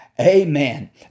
Amen